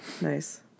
nice